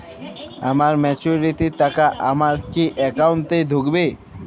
আমার ম্যাচুরিটির টাকা আমার কি অ্যাকাউন্ট এই ঢুকবে?